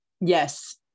Yes